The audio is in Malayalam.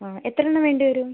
അതെ എത്ര എണ്ണം വേണ്ടിവരും